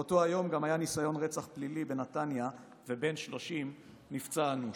באותו היום גם היה ניסיון רצח פלילי בנתניה ובן 30 נפצע אנוש.